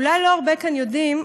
אולי לא הרבה כאן יודעים,